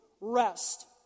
rest